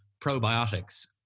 probiotics